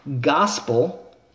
Gospel